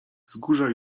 wzgórza